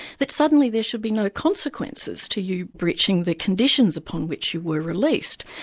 that suddenly there should be no consequences to you breaching the conditions upon which you were released.